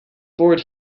board